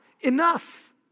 enough